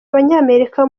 abanyamerika